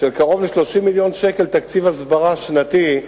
של קרוב ל-30 מיליון שקל תקציב הסברה שנתי,